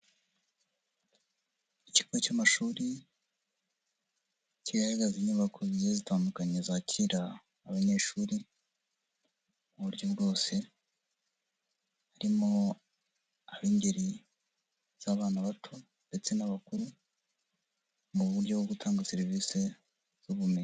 Ikigo cy'amashuri kigaragaza inyubako zigiye zitandukanye zakira abanyeshuri, mu buryo bwose, harimo ab'ingeri z'abana bato ndetse n'abakuru, mu buryo bwo gutanga serivisi z'ubumenyi.